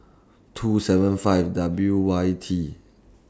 two seven five W Y T